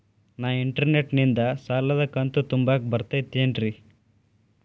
ನಾ ಇಂಟರ್ನೆಟ್ ನಿಂದ ಸಾಲದ ಕಂತು ತುಂಬಾಕ್ ಬರತೈತೇನ್ರೇ?